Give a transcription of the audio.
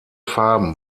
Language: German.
farben